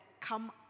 come